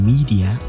Media